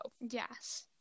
Yes